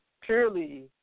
purely